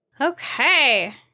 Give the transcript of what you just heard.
okay